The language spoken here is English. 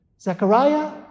Zechariah